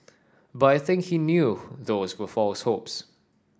but I think he knew those were false hopes